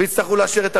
ויצטרכו לאשר את הביוב,